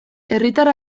herritar